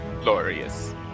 Glorious